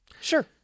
Sure